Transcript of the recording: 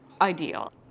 ideal